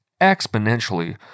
exponentially